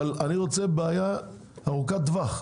אבל אני רוצה בעיה ארוכת טווח.